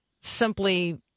simply